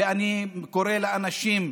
ואני קורא לאנשים,